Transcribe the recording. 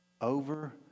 over